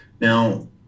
Now